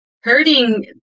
hurting